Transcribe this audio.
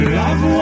love